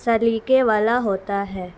سلیقے والا ہوتا ہے